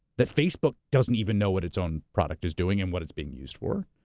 that facebook doesn't even know what its own product is doing and what it's being used for,